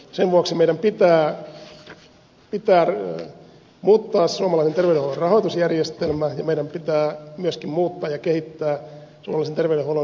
sen vuoksi meidän pitää muuttaa suomalaisen terveydenhuollon rahoitusjärjestelmä ja meidän pitää myöskin muuttaa ja kehittää suomalaisen terveydenhuollon rakennejärjestelmää